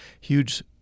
huge